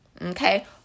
Okay